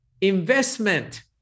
investment